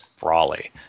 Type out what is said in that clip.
Brawley